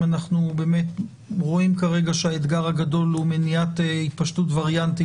אם אנחנו באמת רואים כרגע שהאתגר הגדול הוא מניעת התפשטות וריאנטים